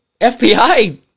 FBI